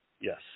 Yes